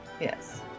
yes